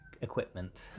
equipment